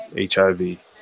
HIV